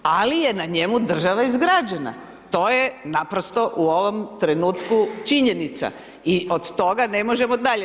Ali je na njemu država izgrađena, to je naprosto u ovom trenutku činjenica i od toga ne možemo dalje.